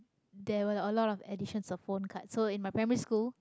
there were a lot of editions of phone cards so in my primary school